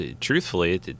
truthfully